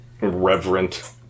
reverent